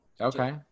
Okay